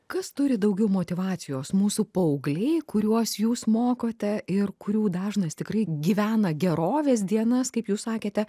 kas turi daugiau motyvacijos mūsų paaugliai kuriuos jūs mokote ir kurių dažnas tikrai gyvena gerovės dienas kaip jūs sakėte